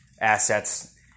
assets